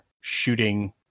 shooting